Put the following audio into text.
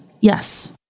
yes